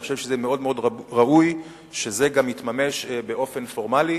אני חושב שזה מאוד מאוד ראוי שזה גם יתממש באופן פורמלי.